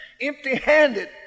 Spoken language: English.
empty-handed